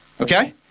Okay